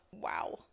Wow